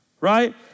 Right